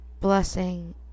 blessing